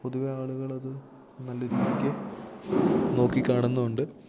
പൊതുവേ ആളുകളത് നല്ല രീതിയ്ക്ക് നോക്കിക്കാണുന്നുമുണ്ട്